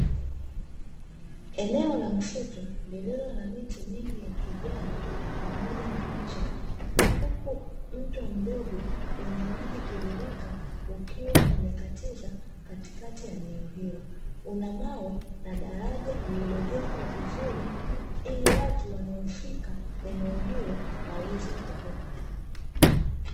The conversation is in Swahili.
Eneo la msitu lililo na miti mingi ya kijani pamoja na vichaka, huku mto mdogo wenye maji tiririka ukiwa umekatiza katikati ya eneo hilo, una mawe na daraja lililojengwa vizuri ili watu wanaofika eneo hilo waweze kuvuka.